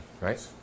right